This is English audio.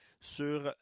sur